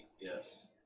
Yes